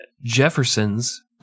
Jefferson's